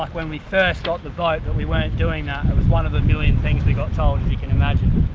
like when we first got the boat but we weren't doing that, it was one of the million things we got told as and you can imagine.